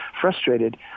frustrated